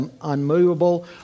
unmovable